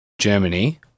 Germany